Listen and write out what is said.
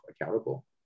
accountable